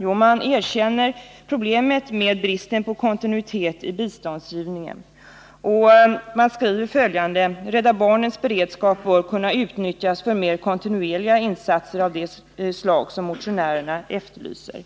Jo, man erkänner problemet med bristen på kontinuitet i biståndsgivningen, och man skriver följande: ”Rädda barnens beredskap bör kunna utnyttjas för mer kontinuerliga insatser av det slag motionärerna efterlyser.”